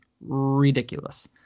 ridiculous